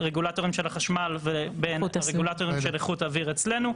ורגולטורים של החשמל לבין רגולטורים של איכות אוויר אצלנו,